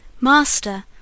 Master